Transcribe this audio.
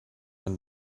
man